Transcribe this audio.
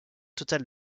totale